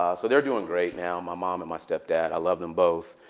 ah so they're doing great now, my mom and my step-dad. i love them both.